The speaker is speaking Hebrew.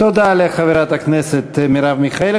תודה לחברת הכנסת מרב מיכאלי.